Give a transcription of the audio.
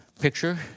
picture